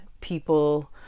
people